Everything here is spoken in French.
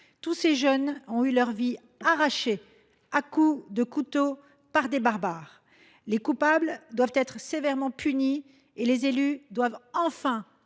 tous ces jeunes ont eu leur vie arrachée à coups de couteau par des barbares. Les coupables doivent être sévèrement punis et les élus doivent